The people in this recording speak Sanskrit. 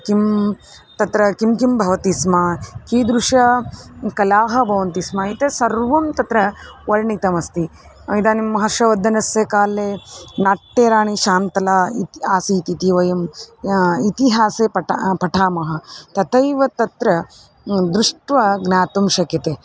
किं तत्र किं किं भवति स्म कीदृशाः कलाः भवन्ति स्म एतत् सर्वं तत्र वर्णितमस्ति इदानीं हर्षवर्णनस्य काले नाट्यराणी शान्तला इति आसीत् इति वयं इतिहासे पठामः पठामः तथैव तत्र दृष्ट्वा ज्ञातुं शक्यते